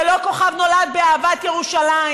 זה לא "כוכב נולד" באהבת ירושלים.